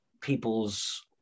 people's